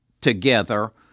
together